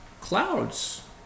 clouds